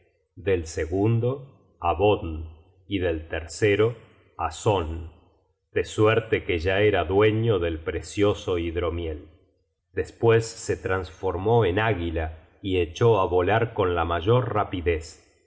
del segundo á bodn y del tercero á son de suerte que ya era dueño del precioso hidromiel despues se tras formó en águila y echó á volar con la mayor rapidez